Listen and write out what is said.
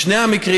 בשני המקרים,